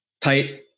tight